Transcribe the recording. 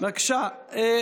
רוצה לתקן אותך.